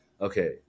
okay